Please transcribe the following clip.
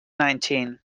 nineteen